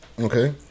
okay